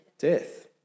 Death